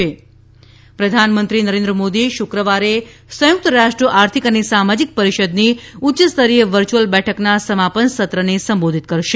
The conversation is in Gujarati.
મોદી યુએન પ્રધાનમંત્રી નરેન્દ્ર મોદી શુક્રવારે સંયુક્ત રાષ્ટ્ર આર્થિક અને સામાજિક પરિષદથી ઉચ્ચસ્તરીય વર્ચ્યુઅલ બેઠકના સમાપન સત્રને સંબોધિત કરશે